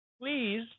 Please